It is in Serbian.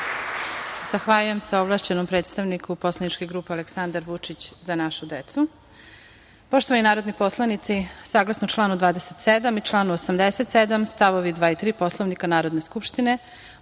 Zahvaljujem se ovlašćenom predstavniku poslaničke grupe Aleksandar Vučić – Za našu decu. Poštovani narodni poslanici, saglasno članu 27. i članu 87. stavovi 2. i 3. Poslovnika Narodne skupštine,